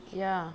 ya